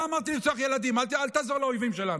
מה שאתה עושה הוא שפלות נפש.